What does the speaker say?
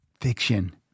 Fiction